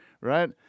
right